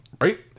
Right